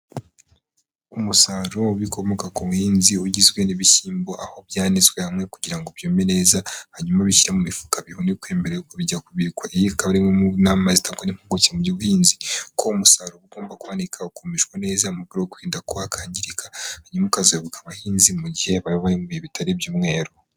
Umusaruro w'ibikomoka ku buhinzi, ugizwe n'ibishyimbo, aho byanitswe hamwe kugira ngo byume neza, hanyuma babishyire mu mifuka bihunikwe mbere y'uko bijya kubikwa, iyi ikaba ari imwe mu nama zitangwa n'impuguke mu by'ubuhinzi ko umusaruro uba ugomba kwanikwa ukumishwa neza, mu rwego rwo kwirinda ko wakangirika, hanyuma ukazagoboka abahinzi mu gihe baba bari mu bihe bitari iby'umwero.